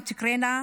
אם תקרינה,